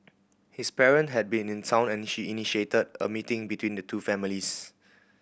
his parent had been in town and she initiated a meeting between the two families